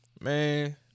man